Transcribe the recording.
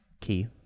Key